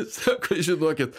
sako žinokit